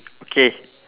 K